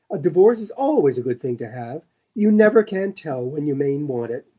a divorce is always a good thing to have you never can tell when you may want it.